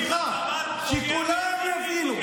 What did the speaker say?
סליחה, שכולם יבינו,